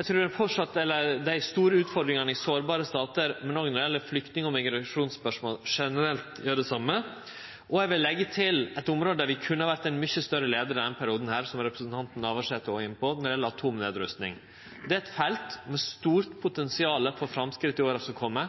Eg trur at for dei store utfordringane i sårbare statar, men òg når det gjeld flyktning- og migrasjonsspørsmål, gjeld generelt det same. Eg vil leggje til eit område der vi kunne ha vore ein mykje større leiar denne perioden, som representanten Navarsete òg var inne på, og det gjeld atomnedrusting. Det er eit felt med stort potensial for framsteg i åra som kjem,